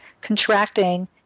contracting